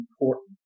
important